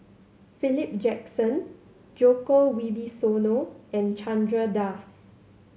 Philip Jackson Djoko Wibisono and Chandra Das